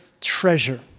treasure